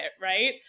right